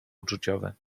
uczuciowe